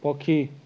ପକ୍ଷୀ